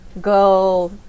go